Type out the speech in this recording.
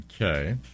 Okay